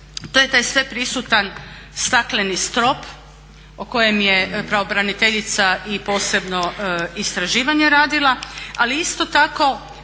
to je taj sveprisutan stakleni strop o kojem je pravobraniteljica i posebno istraživanje radila, ali isto tako